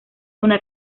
una